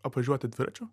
apvažiuoti dviračiu